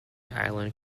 island